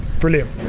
brilliant